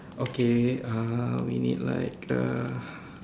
okay uh we need like uh